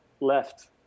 left